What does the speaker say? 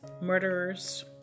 murderers